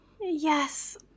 yes